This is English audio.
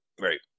right